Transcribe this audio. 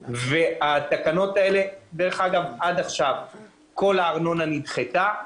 עד עכשיו כל הארנונה נדחתה,